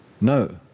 no